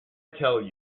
tell